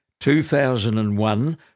2001